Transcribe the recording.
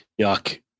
Yuck